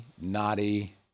naughty